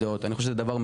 אני חיים שקד,